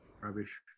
Rubbish